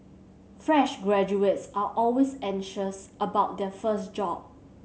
fresh graduates are always anxious about their first job